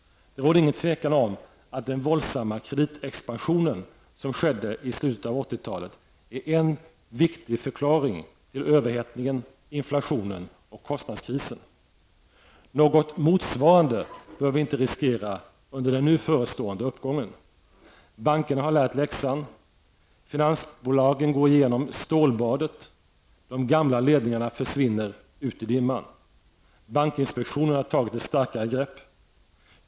Det råder ingen tvekan om att den våldsamma kreditexpansion som skedde i slutet av 80-talet är en viktig förklaring till överhettningen, inflationen och kostnadskrisen. Något motsvarande behöver vi inte riskera under den nu förestående uppgången. Bankerna har lärt sig läxan. Finansbolagen går nu igenom stålbadet. De gamla ledningarna försvinner ut i dimman. Bankinspektionen har tagit ett starkare grepp.